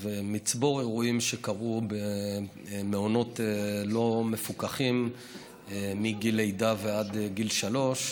מצבור אירועים שקרו במעונות לא מפוקחים מגיל לידה ועד גיל שלוש.